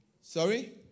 Sorry